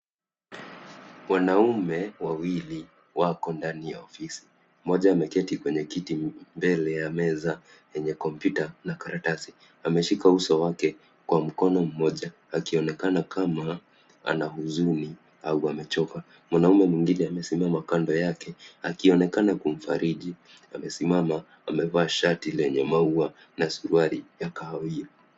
Wanaume wawili wako ndani ya ofisi. Mmoja ameketi kwenye kiti mbele ya meza yenye kompyuta na karatasi. Ameshika uso wake kwa mkono mmoja akionekana kama ana huzuni au amechoka. Mwanaume mwingine amesimama kando yake akionekana kumfariji. Amesimama amevaa shati lenye maua na suruali ya kahawia.